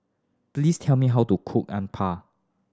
please tell me how to cook Uthapam